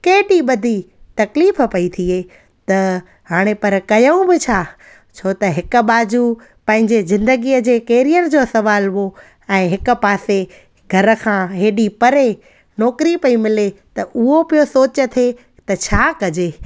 केॾी वॾी तकलीफ़ु पई थिए त हाणे पर कयूं बि छा छो त हिकु बाजू पंहिंजे ज़िंदगीअ जे केरियर जो सुवालु हुओ ऐं हिकु पासे घर खां हेॾी परे नौकिरी पई मिले त उहो पियो सोच थिए त छा कजे